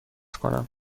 کنم